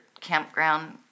campground